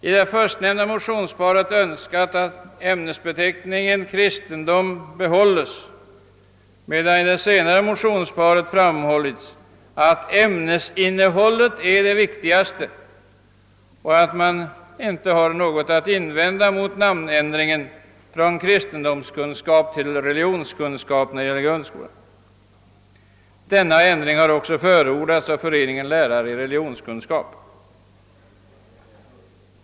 I det förstnämnda motionsparet önskar man att ämnesbeteckningen kristendom behålles, medan i det senare motionsparet framhållits att ämnesinnehållet är det viktigaste och att man inte har något att invända mot namnändringen från kristendomskunskap till religionskunskap då det gäller grundskolan. Denna ändring har också förordats av Föreningen Lärare i religionskunskap.